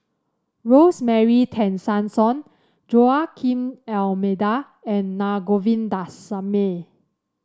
Rosemary Tessensohn Joaquim Almeida and Na Govindasamy